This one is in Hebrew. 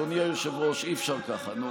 שלוש שנים הייתם יכולים להביא הצעת החוק על בקעת